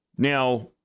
Now